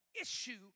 issue